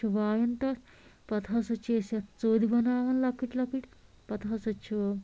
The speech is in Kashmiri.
چھُ وایَن تتھ پَتہٕ ہسا چھِ أسۍ اَتھ ژوٚدۍ بَناوان لۄکٕٹۍ لۄکٕٹۍ پَتہٕ ہسا چھِ